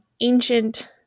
ancient